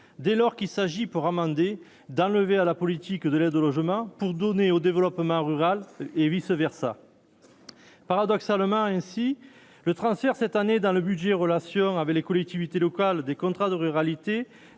dès lors qu'il s'agit pour amender d'enlever à la politique de l'aide au logement pour donner au développement rural et vice versa, paradoxalement, ainsi le transfert cette année dans le budget, relations avec les collectivités locales des contrats de ruralité